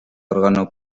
organo